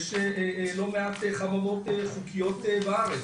לא מעט חממות חוקיות בארץ,